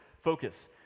Focus